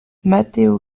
matteo